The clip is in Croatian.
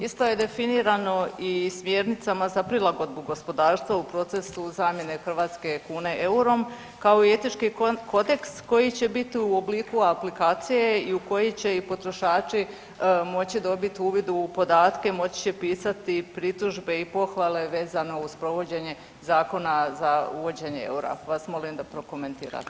Isto je definirano i smjernicama za prilagodbu gospodarstva u procesu zamjene hrvatske kune eurom, kao i etički kodeks koji će biti u obliku aplikacije i u koji će i potrošači moći dobiti uvid u podatke, moći će pisati pritužbe i pohvale vezano uz provođenje zakona za uvođenje eura, pa vas molim da prokomentirate.